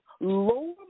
lower